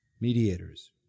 Mediators